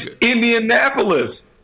Indianapolis